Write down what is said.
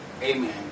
Amen